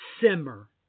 simmer